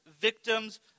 victims